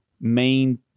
main